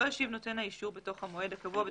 "לא השיב נותן האישור בתוך המועד הקבוע".